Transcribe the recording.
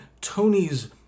Tony's